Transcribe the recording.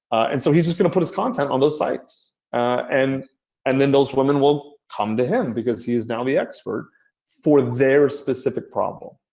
and so he's just going to put his content on those sites. and and then, those women will come to him because he is now the expert for their specific problem.